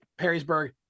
Perrysburg